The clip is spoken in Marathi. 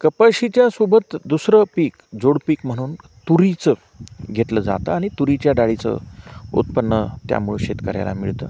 कपाशीच्यासोबत दुसरं पीक जोड पीक म्हणून तुरीचं घेतलं जातं आणि तुरीच्या डाळीचं उत्पन्न त्यामुळे शेतकऱ्याला मिळतं